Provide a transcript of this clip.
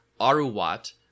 Aruwat